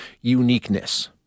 uniqueness